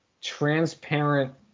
transparent